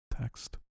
text